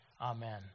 Amen